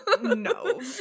No